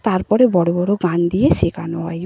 তার পরে বড় বড় গান দিয়ে শেখানো হয়